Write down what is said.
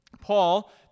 Paul